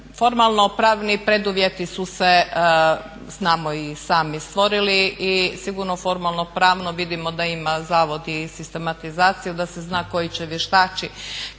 Formalno-pravni preduvjeti su se znamo i sami stvorili i sigurno formalno-pravno vidimo da ima zavod i sistematizaciju da se zna koji će … kako